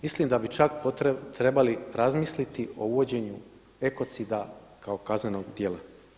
Mislim da bi čak trebali razmisliti o uvođenju ekocida kao kaznenog djela.